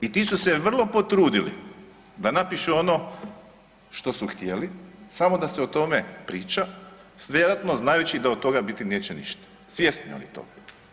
I ti su se vrlo potrudili da napišu ono što su htjeli samo da se o tome priča vjerojatno znajući da od toga biti neće ništa, svjesni oni toga.